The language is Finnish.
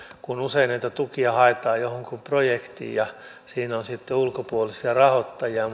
kun usein näitä tukia haetaan johonkin projektiin ja siinä on sitten ulkopuolisia rahoittajia